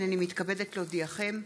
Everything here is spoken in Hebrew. הינני מתכבדת להודיעכם,